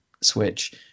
Switch